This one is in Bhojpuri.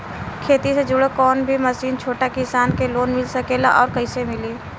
खेती से जुड़ल कौन भी मशीन छोटा किसान के लोन मिल सकेला और कइसे मिली?